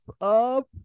up